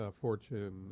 Fortune